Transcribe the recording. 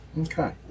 Okay